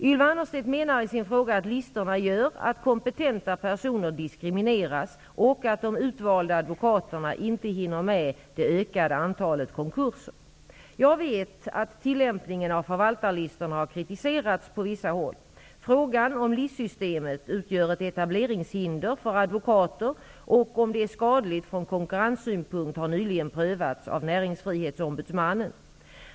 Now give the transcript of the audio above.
Ylva Annerstedt menar i sin fråga att listorna gör att kompetenta personer diskrimineras och att de utvalda advokaterna inte hinner med det ökade antalet konkurser. Jag vet att tillämpningen av förvaltarlistorna har kritiserats på vissa håll. Frågan om listsystemet utgör ett etableringshinder för advokater och om det är skadligt från konkurrenssynpunkt har nyligen prövats av Näringsfrihetsombudsmannen.